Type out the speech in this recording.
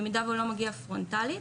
במידה והוא לא מגיע ללימוד פרונטלי,